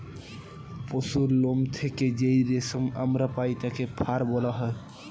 পশুর লোম থেকে যেই রেশম আমরা পাই তাকে ফার বলা হয়